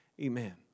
Amen